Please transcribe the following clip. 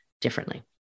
differently